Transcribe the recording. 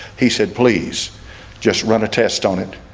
he said please just run a test on it.